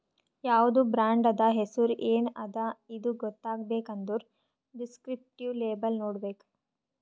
ಯಾವ್ದು ಬ್ರಾಂಡ್ ಅದಾ, ಹೆಸುರ್ ಎನ್ ಅದಾ ಇದು ಗೊತ್ತಾಗಬೇಕ್ ಅಂದುರ್ ದಿಸ್ಕ್ರಿಪ್ಟಿವ್ ಲೇಬಲ್ ನೋಡ್ಬೇಕ್